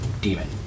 demon